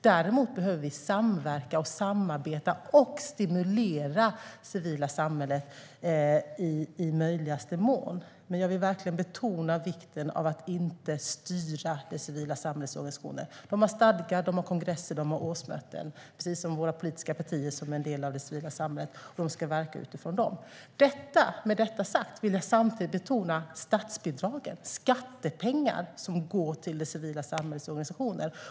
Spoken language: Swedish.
Däremot behöver vi samverka med och stimulera det civila samhället i möjligaste mån. Men jag vill betona vikten av att inte styra det civila samhällets organisationer. De har stadgar, kongresser och årsmöten och ska verka utifrån dem, precis som våra politiska partier, som också är en del av det civila samhället. Samtidigt vill jag betona statsbidragen. Det är skattepengar som går till det civila samhällets organisationer.